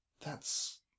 That's